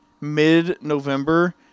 mid-November